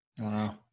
Wow